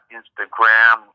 instagram